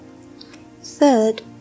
Third